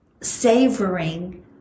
savoring